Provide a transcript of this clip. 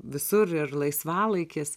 visur ir laisvalaikis